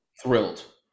thrilled